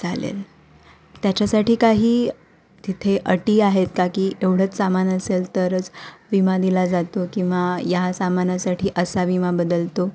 चालेल त्याच्यासाठी काही तिथे अटी आहेत का की एवढंच सामान असेल तरच विमा दिला जातो किंवा या सामानासाठी असा विमा बदलतो